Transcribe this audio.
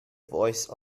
voice